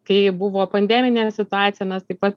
kai buvo pandeminė situacija mes taip pat